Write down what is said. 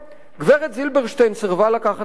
גברת זילברשטיין סירבה לקחת כסף,